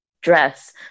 dress